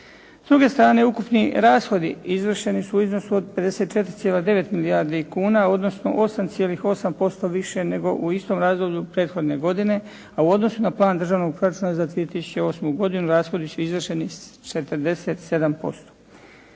S druge strane ukupni rashodi izvršeni su u iznosu od 54,9 milijardi kuna, odnosno 8,8% više nego u istom razdoblju prethodne godine a u odnosu na plan Državnog proračuna za 2008. godinu rashodi su izvršeni 47%.